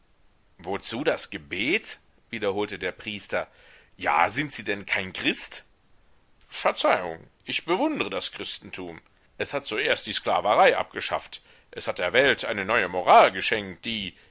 wozu das gebet wiederholte der priester ja sind sie denn kein christ verzeihung ich bewundre das christentum es hat zuerst die sklaverei abgeschafft es hat der welt eine neue moral geschenkt die